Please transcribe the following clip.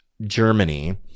Germany